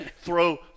Throw